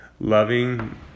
loving